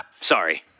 Sorry